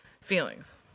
feelings